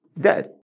dead